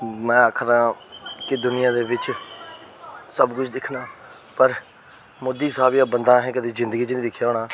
में आक्खा दा कि दुनियां दे बिच्च सब कुछ दिक्खना पर मोदी साहब जेहा बंदा असें कदें जिंदगी च नेईं दिक्खेआ होना